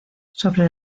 sobre